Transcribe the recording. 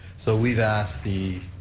so we've asked the